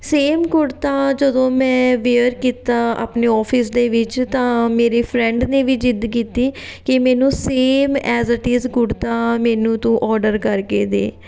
same kurta ਜਦੋਂ ਮੈਂ wear ਕੀਤਾ ਆਪਣੇ ਔਫਿਸ ਦੇ ਵਿੱਚ ਤਾਂ ਮੇਰੀ ਫਰੈਂਡ ਨੇ ਵੀ ਜਿੱਦ ਕੀਤੀ ਕਿ ਮੈਨੂੰ same as it is kurta ਮੈਨੂੰ ਤੂੰ ਔਡਰ ਕਰਕੇ ਦੇ